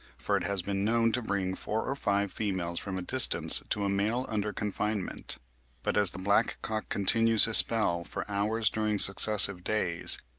for it has been known to bring four or five females from a distance to a male under confinement but as the black-cock continues his spel for hours during successive days,